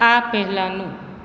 આ પહેલાંનું